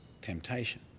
temptation